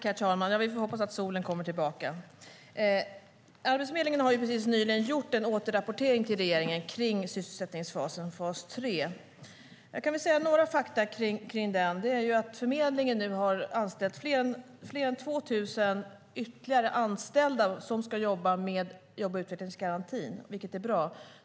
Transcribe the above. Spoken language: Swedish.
Herr talman! Vi får hoppas att solen kommer tillbaka. Arbetsförmedlingen har precis nyligen gjort en återrapportering till regeringen om sysselsättningsfasen, fas 3. Jag kan nämna några fakta. Förmedlingen har nu anställt fler än 2 000 ytterligare personer som ska jobba med jobb och utvecklingsgarantin, vilket är bra.